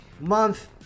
month